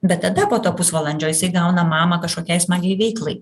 bet tada po to pusvalandžio jisai gauna mamą kažkokiai smagiai veiklai